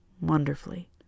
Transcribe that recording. wonderfully